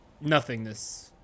nothingness